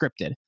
scripted